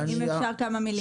אם אפשר כמה מילים.